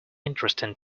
interesting